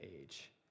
age